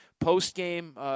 Post-game